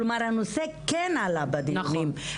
כלומר, הנושא כן עלה בדיונים.